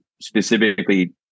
specifically